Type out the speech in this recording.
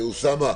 אוסאמה,